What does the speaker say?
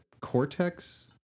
Cortex